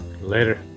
Later